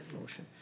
motion